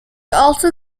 also